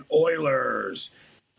Oilers